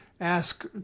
ask